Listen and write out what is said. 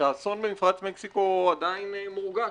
שהאסון במפרץ מקסיקו עדיין מורגש,